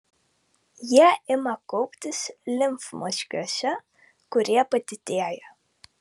jie ima kauptis limfmazgiuose kurie padidėja